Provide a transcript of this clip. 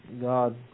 God